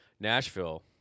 nashville